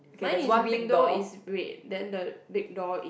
mine is window is red then the big door is